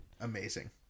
Amazing